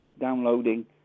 downloading